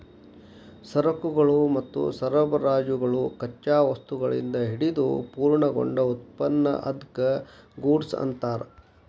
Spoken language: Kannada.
ಸರಕುಗಳು ಮತ್ತು ಸರಬರಾಜುಗಳು ಕಚ್ಚಾ ವಸ್ತುಗಳಿಂದ ಹಿಡಿದು ಪೂರ್ಣಗೊಂಡ ಉತ್ಪನ್ನ ಅದ್ಕ್ಕ ಗೂಡ್ಸ್ ಅನ್ತಾರ